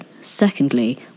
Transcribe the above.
secondly